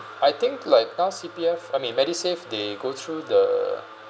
I think like now C_P_F I mean MediSave they go through the